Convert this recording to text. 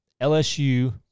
LSU